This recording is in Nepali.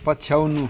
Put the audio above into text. पछ्याउनु